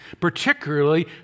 particularly